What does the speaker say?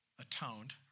atoned